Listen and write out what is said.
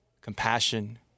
compassion